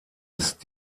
ist